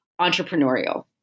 entrepreneurial